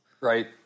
Right